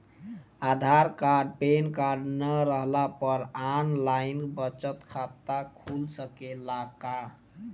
आधार card pan card न रहला पर आन लाइन बचत खाता खुल सकेला का?